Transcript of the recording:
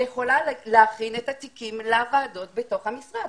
יכולה להכין את התיקים לוועדות בתוך המשרד.